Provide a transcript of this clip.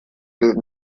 for